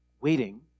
waiting